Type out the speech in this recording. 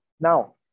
Now